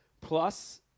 plus